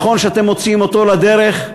נכון שאתם מוציאים אותו לדרך,